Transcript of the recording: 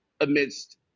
amidst